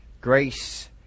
Grace